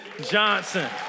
Johnson